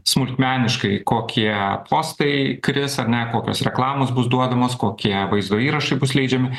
smulkmeniškai kokie postai kris ar ne kokios reklamos bus duodamos kokie vaizdo įrašai bus leidžiami